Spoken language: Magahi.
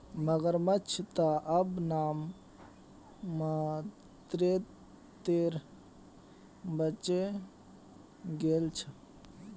मगरमच्छ त अब नाम मात्रेर बचे गेल छ